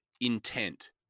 intent